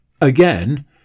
again